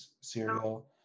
cereal